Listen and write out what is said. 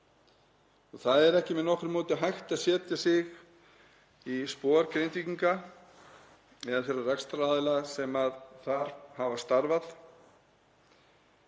Það er ekki með nokkru móti hægt að setja sig í spor Grindvíkinga eða þeirra rekstraraðila sem þar hafa starfað.